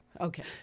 Okay